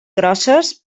grosses